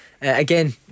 again